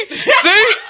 see